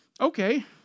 Okay